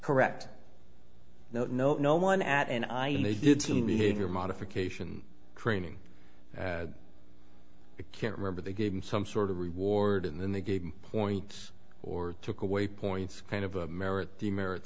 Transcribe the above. correct no no no one at and i and they did to me in your modification training can't remember they gave him some sort of reward and then they gave points or took away points kind of a merit demerit